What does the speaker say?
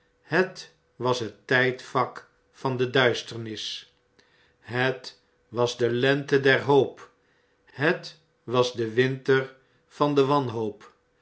het was het tijdvak van de duisternis het wasde lente der hoop het was de winter van de wanhoop